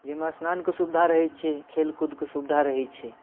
जाहिमे स्नानके सुविधा रहै छै खेलकूदके सुविधा रहै छै